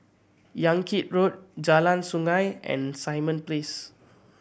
Yan Kit Road Jalan Sungei and Simon Place